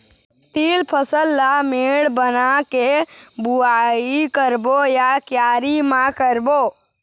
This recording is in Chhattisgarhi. तील फसल ला मेड़ बना के बुआई करबो या क्यारी म करबो?